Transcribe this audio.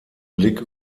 blick